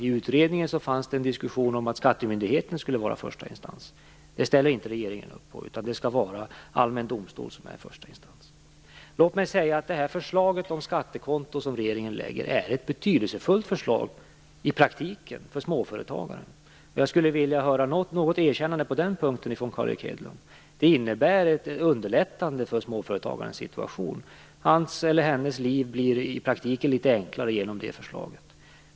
I utredningen fanns det en diskussion om att skattemyndigheten skulle vara första instans. Det ställer inte regeringen upp på, utan allmän domstol skall vara första instans. Det förslag om skattekonto som regeringen lägger fram är ett betydelsefullt förslag i praktiken för småföretagare. Jag skulle vilja höra något erkännande på den punkten från Carl Erik Hedlund. Detta innebär ett underlättande för småföretagarens situation. Hans eller hennes liv blir i praktiken litet enklare genom detta förslag.